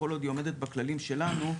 כל עוד היא עומדת בכללים שלנו,